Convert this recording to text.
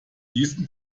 diesem